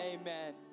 amen